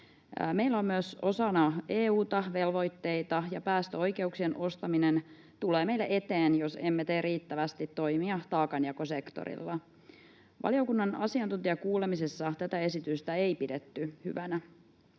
Meillä on myös osana EU:ta velvoitteita, ja päästöoikeuksien ostaminen tulee meille eteen, jos emme tee riittävästi toimia taakanjakosektorilla. Valiokunnan asiantuntijakuulemisessa tätä esitystä ei pidetty hyvänä.